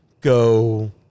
go